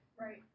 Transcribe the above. Right